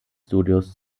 studios